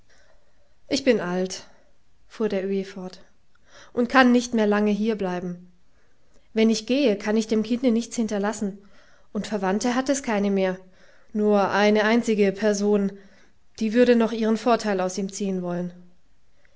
ich bin alt fuhr der öhi fort und kann nicht mehr lange hierbleiben wenn ich gehe kann ich dem kinde nichts hinterlassen und verwandte hat es keine mehr nur eine einzige person die würde noch ihren vorteil aus ihm ziehen wollen